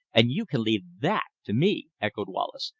and you can leave that to me, echoed wallace.